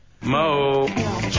mo